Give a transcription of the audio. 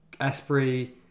Asprey